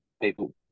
People